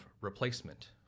replacement